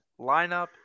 lineup